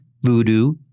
Voodoo